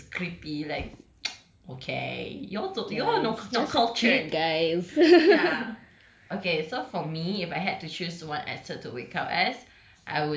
he's so weird he's creepy like okay you all tota~ you all no~ not cultured guys ya okay so for me if I had to choose one actor to wake up as